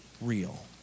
real